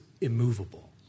immovable